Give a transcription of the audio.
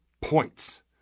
points